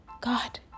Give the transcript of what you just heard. God